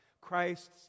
Christ's